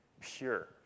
pure